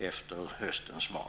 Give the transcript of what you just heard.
inför höstens val?